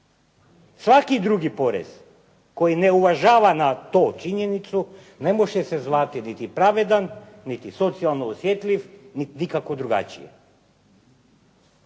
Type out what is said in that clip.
Svaki drugi porez koji ne uvažava na to činjenicu ne može se zvati niti pravedan, niti socijalno osjetljiv niti ikako drugačije.